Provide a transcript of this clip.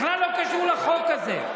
בכלל לא קשור לחוק הזה.